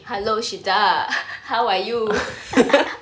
hello shita how are you